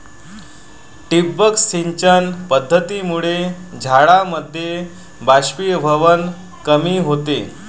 ठिबक सिंचन पद्धतीमुळे झाडांमधील बाष्पीभवन कमी होते